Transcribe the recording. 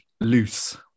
loose